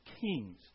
kings